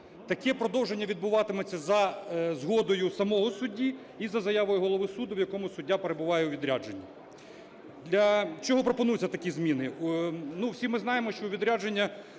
Таке продовження відбуватиметься за згодою самого судді і за заявою голови суду, в якому суддя перебуває у відрядженні. Для чого пропонуються такі зміни?